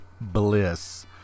bliss